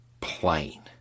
plain